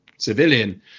civilian